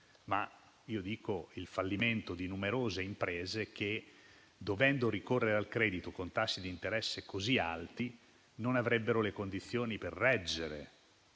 ma io dico anche il fallimento di numerose imprese che, dovendo ricorrere al credito con tassi di interesse così alti, non avrebbero le condizioni per reggere